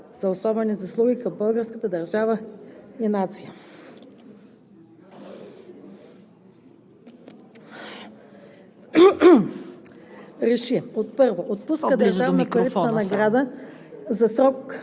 за особени заслуги към българската държава и нацията РЕШИ: 1. Отпуска държавна парична награда за срок